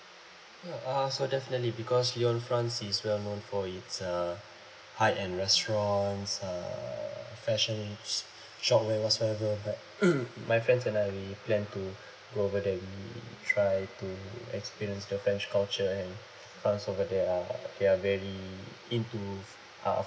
uh so definitely because lyon france is well known for its uh high end restaurants err fashion s~ wear whatsoever but my friends and I we plan to go over there we try to experience the french culture and france over there are they are very into uh uh